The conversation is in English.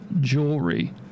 jewelry